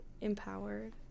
empowered